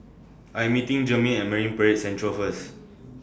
I'm meeting Jermaine At Marine Parade Central First